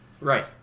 right